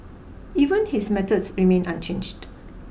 even his methods remain unchanged